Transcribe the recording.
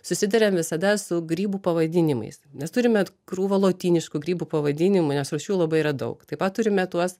susiduriam visada su grybų pavadinimais nes turime krūvą lotyniškų grybų pavadinimų nes rūšių labai yra daug taip pat turime tuos